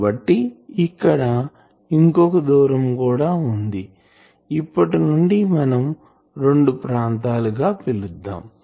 కాబట్టి ఇక్కడ ఇంకోక దూరం కూడా వుంది ఇప్పటి నుండి మనం రెండు ప్రాంతాలు గా పిలుద్దాం